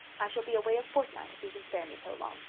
i shall be away a fortnight if you can spare me so long.